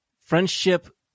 friendship